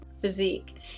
physique